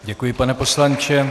Děkuji, pane poslanče.